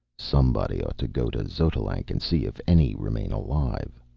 somebody ought to go to xotalanc and see if any remain alive,